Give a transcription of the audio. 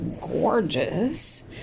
gorgeous